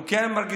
אנחנו כן מרגישים